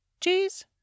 cheese